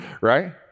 right